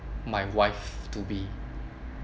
my wife to-be